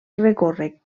recorre